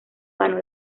ganó